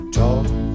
talk